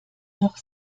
noch